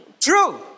True